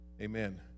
amen